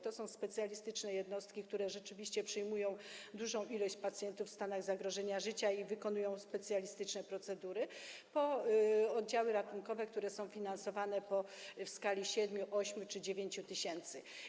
To są specjalistyczne jednostki, które rzeczywiście przyjmują dużą liczbę pacjentów w stanach zagrożenia życia i wykonują specjalistyczne procedury, oddziały ratunkowe, które są finansowane w skali 7, 8 czy 9 tys.